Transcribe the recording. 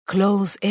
Close